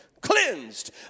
cleansed